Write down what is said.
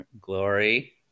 Glory